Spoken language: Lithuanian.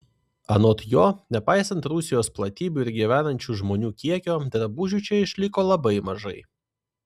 anot jo nepaisant rusijos platybių ir gyvenančių žmonių kiekio drabužių čia išliko labai mažai